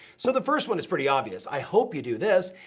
so the first one is pretty obvious, i hope you do this.